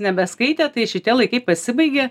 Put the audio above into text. nebeskaitė tai šitie laikai pasibaigė